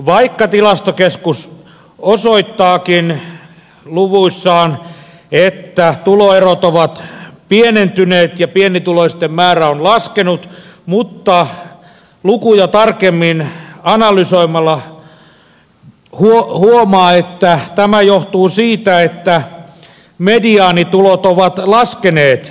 vaikka tilastokeskus osoittaakin luvuissaan että tuloerot ovat pienentyneet ja pienituloisten määrä on laskenut niin lukuja tarkemmin analysoimalla huomaa että tämä johtuu siitä että mediaanitulot ovat laskeneet